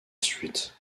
street